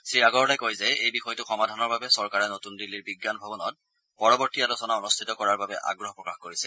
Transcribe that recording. শ্ৰীআগৰৱলাই কয় যে এই বিষয়টো সমাধানৰ বাবে চৰকাৰে নতুন দিল্লীৰ বিজ্ঞান ভৱনত পৰৰৰ্ত্তী আলোচনা অনুষ্ঠিত কৰাৰ বাবে আগ্ৰহ প্ৰকাশ কৰিছে